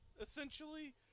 Essentially